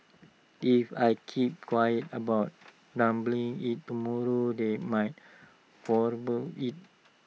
if I keep quiet about doubling IT tomorrow they might quadruple IT